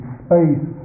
space